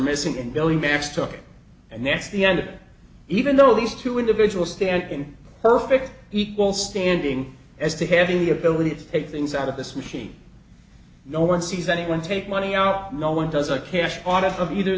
stock and that's the end of it even though these two individuals stand in perfect equal standing as to having the ability to take things out of this machine no one sees anyone take money out no one does a cash on of either